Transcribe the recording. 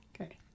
Okay